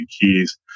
Keys